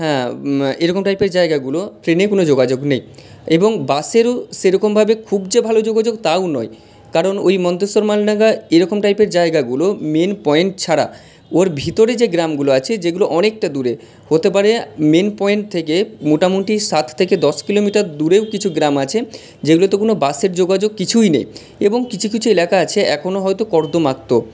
হ্যাঁ এরকম টাইপের জায়গাগুলো ট্রেনে কোনো যোগাযোগ নেই এবং বাসেরও সেরকমভাবে খুব যে ভালো যোগাযোগ তাও নয় কারণ ওই মন্তেশ্বর মালডাঙ্গা এরকম টাইপের জায়গাগুলো মেন পয়েন্ট ছাড়া ওর ভিতরে যে গ্রামগুলো আছে যেগুলো অনেকটা দূরে হতে পারে মেন পয়েন্ট থেকে মোটামুটি সাত থেকে দশ কিলোমিটার দূরেও কিছু গ্রাম আছে যেগুলোতে কোনো বাসের যোগাযোগ কিছুই নেই এবং কিছু কিছু এলাকা আছে এখনো হয়তো কর্দমাক্ত